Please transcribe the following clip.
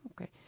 okay